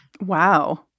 Wow